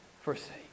forsake